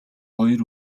хоёр